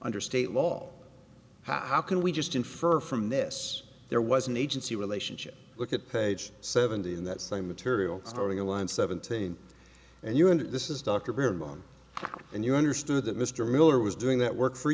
under state law how can we just infer from this there was an agency relationship look at page seventy in that same material storing a line seventeen and you and this is dr barry mawn and you understood that mr miller was doing that work for